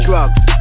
Drugs